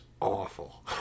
awful